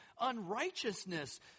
unrighteousness